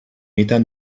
meter